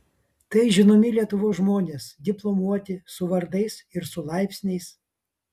tai žinomi lietuvos žmonės diplomuoti su vardais ir su laipsniais